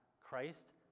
Christ